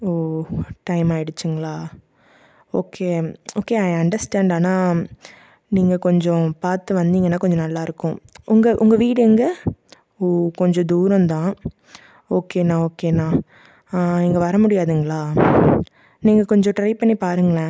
ஓ time ஆகிடிச்சிங்களா okay okay I understand ஆனால் நீங்கள் கொஞ்சம் பார்த்து வந்தீங்கன்னால் கொஞ்சம் நல்லாயிருக்கும் உங்கள் உங்கள் வீடு எங்கே ஓ கொஞ்சம் தூரம் தான் ஓகேண்ணா ஓகேண்ணா ஆ இங்கே வர முடியாதுங்களா நீங்கள் கொஞ்சம் ட்ரை பண்ணிப் பாருங்களேன்